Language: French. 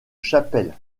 chapelle